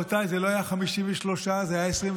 רבותיי, זה לא היה 53, זה היה 29,